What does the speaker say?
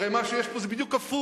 הרי מה שיש פה זה בדיוק הפוך.